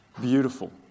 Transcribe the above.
Beautiful